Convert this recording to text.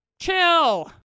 Chill